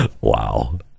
Wow